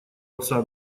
отца